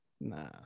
Nah